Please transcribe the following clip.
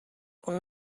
will